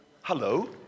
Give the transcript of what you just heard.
hello